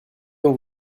même